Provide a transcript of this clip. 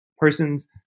persons